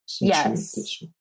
Yes